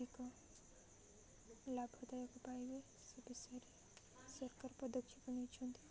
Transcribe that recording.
ଅଧିକ ଲାଭଦାୟକ ପାଇବେ ସେ ବିଷୟରେ ସରକାର ପଦକ୍ଷେପ ନେଇଛନ୍ତି